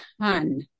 ton